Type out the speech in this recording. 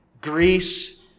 greece